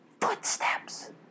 footsteps